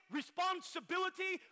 responsibility